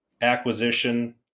Acquisition